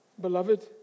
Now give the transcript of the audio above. beloved